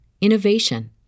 innovation